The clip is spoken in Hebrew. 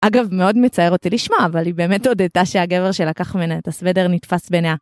אגב, מאוד מצער אותי לשמוע, אבל היא באמת הודתה שהגבר שלה לקח ממנה את הסוודר נתפס ביניה.